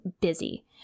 busy